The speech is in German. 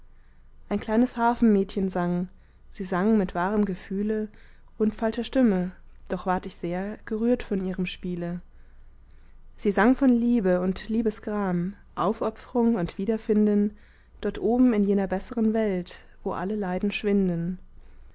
ein kleines harfenmädchen sang sie sang mit wahrem gefühle und falscher stimme doch ward ich sehr gerühret von ihrem spiele sie sang von liebe und liebesgram aufopfrung und wiederfinden dort oben in jener besseren welt wo alle leiden schwinden